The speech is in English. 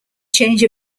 change